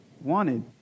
wanted